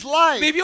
life